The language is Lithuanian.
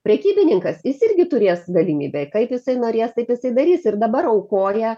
prekybininkas jis irgi turės galimybę kaip jisai norės taip jisai darys ir dabar aukoja